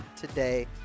today